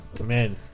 man